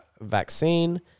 vaccine